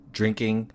drinking